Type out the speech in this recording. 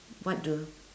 what do